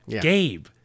Gabe